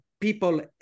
people